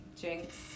Jinx